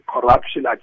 corruption